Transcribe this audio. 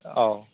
औ